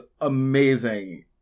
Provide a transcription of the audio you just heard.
amazing